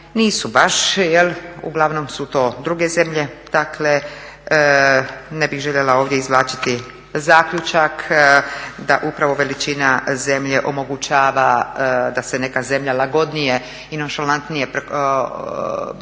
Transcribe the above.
nisu baš, uglavnom su to druge zemlje. Dakle, ne bih željela ovdje izvlačiti zaključak da upravo veličina zemlje omogućava da se neka zemlja lagodnije i nonšalantnije